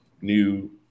new